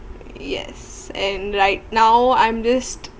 yes and right now I'm just